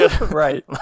Right